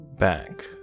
Back